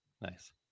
nice